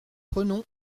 prenons